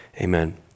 Amen